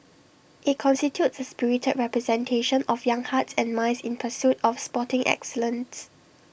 IT constitutes A spirited representation of young hearts and minds in pursuit of sporting excellence